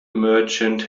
merchant